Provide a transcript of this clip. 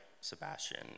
Sebastian